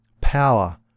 power